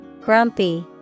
Grumpy